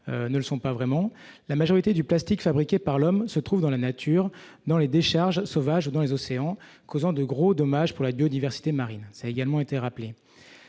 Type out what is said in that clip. ne le sont pas vraiment la majorité du plastique fabriqué par l'homme, se trouve dans la nature dans les décharges sauvages dans les océans, causant de gros dommages pour la biodiversité marine, ça a également été rappelé